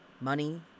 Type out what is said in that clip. Money